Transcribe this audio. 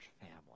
family